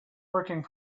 working